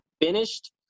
finished